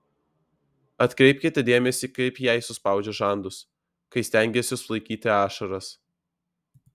atkreipkite dėmesį kaip jei suspaudžia žandus kai stengiasi sulaikyti ašaras